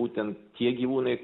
būtent tie gyvūnai